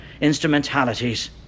instrumentalities